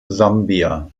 sambia